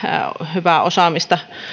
hyvää osaamista